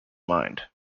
mind